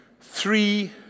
three